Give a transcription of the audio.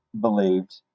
believed